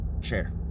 share